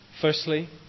Firstly